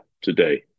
today